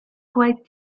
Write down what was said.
quite